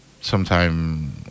sometime